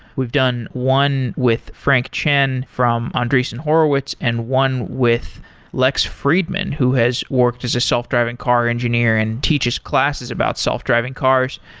we've done one with frank chen from andreessen horowitz and one with lex freedman, who has worked as a self-driving car engineer and teaches classes about self driving cars.